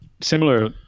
Similar